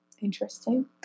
Interesting